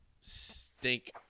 stink